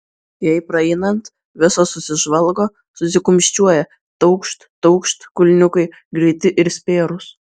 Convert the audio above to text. jai praeinant visos susižvalgo susikumščiuoja taukšt taukšt kulniukai greiti ir spėrūs